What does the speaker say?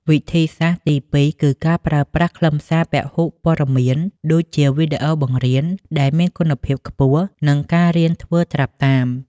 វិធីសាស្ត្រទីពីរគឺការប្រើប្រាស់ ខ្លឹមសារពហុព័ត៌មាន ដូចជាវីដេអូបង្រៀនដែលមានគុណភាពខ្ពស់ និងការរៀនធ្វើត្រាប់តាម។